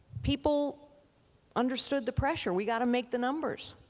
people understood the pressure. we've got to make the numbers.